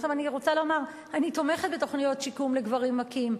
אני תומכת בתוכניות שיקום לגברים מכים.